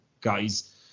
guys